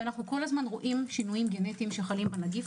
ואנחנו כל הזמן רואים שינויים גנטיים שחלים בנגיף